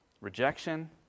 Rejection